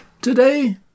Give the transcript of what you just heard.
Today